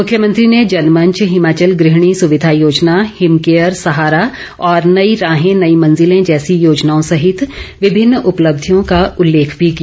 मुख्यमंत्री ने जनमंच हिमाचल गृहिणी सुविधा योजना हिम केयर सहारा और नई राहें नई मंजिलें जैसी योजनाओं सहित विभिन्न उपलब्धियों का उल्लेख भी किया